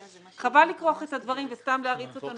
חבל לכרוך את הדברים וסתם להריץ אותנו הלוך וחזור.